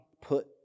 put